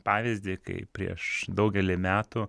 pavyzdį kaip prieš daugelį metų